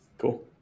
Cool